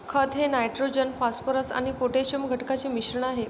खत हे nitrogen phosphorus आणि पोटॅशियम घटकांचे मिश्रण आहे